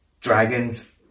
dragons